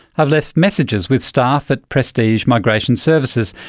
i've left messages with staff at prestige migration services,